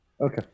Okay